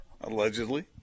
allegedly